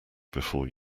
before